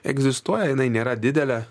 egzistuoja jinai nėra didelė